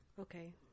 Okay